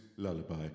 Lullaby